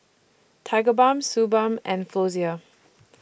Tigerbalm Suu Balm and Floxia